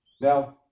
Now